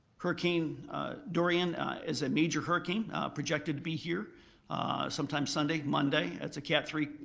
hurricane dorian is a major hurricane projected to be here sometime sunday, monday as a cat three